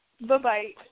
Bye-bye